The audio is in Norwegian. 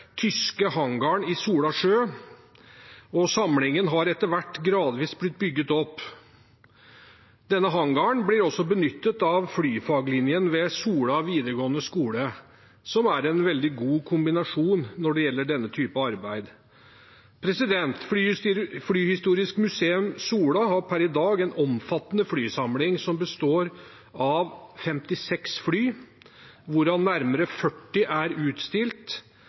tyske hangaren ved Sola Sjø, og samlingen har etter hvert gradvis blitt bygd opp. Denne hangaren blir også benyttet av flyfaglinjen ved Sola videregående skole, som er en veldig god kombinasjon når det gjelder denne type arbeid. Flyhistorisk Museum Sola har per i dag en omfattende flysamling som består av 56 fly, hvorav nærmere 40 er utstilt